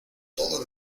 todo